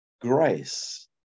grace